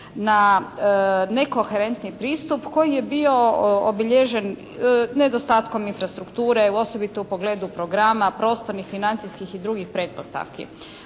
na nekoherentni pristup koji je bio obilježen nedostatkom infrastrukture, osobito u pogledu programa, prostornih, financijskih i drugih pretpostavki.